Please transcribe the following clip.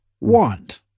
want